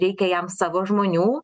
reikia jam savo žmonių